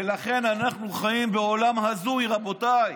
ולכן אנחנו חיים בעולם הזוי, רבותיי.